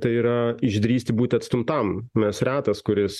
tai yra išdrįsti būti atstumtam nes retas kuris